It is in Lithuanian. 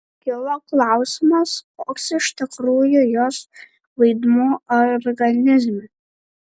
kilo klausimas koks iš tikrųjų jos vaidmuo organizme